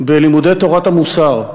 בלימודי תורת המוסר.